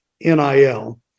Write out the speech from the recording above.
NIL